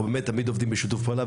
אנחנו תמיד עובדים בשיתוף פעולה,